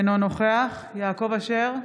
אינו נוכח יעקב אשר,